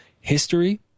history